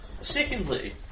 Secondly